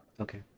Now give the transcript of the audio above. Okay